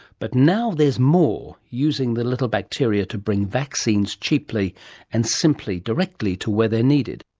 but now there's more, using the little bacteria to bring vaccines cheaply and simply directly to where they're needed.